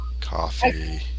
Coffee